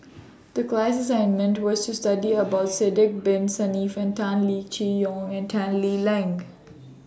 The class assignment was to study about Sidek Bin Saniff Tan Lee Yoke and Tan Lee Leng